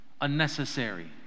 unnecessary